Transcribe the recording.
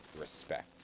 respect